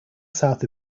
south